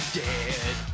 dead